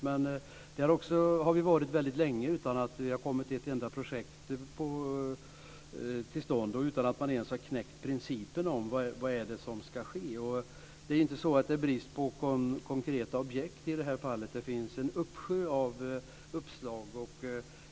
Men det har vi varit väldigt länge utan att det har kommit ett enda projekt till stånd och utan att man ens har knäckt principen om vad det är som ska ske. Det är inte så att det är brist konkreta objekt i det här fallet. Det finns en uppsjö av uppslag.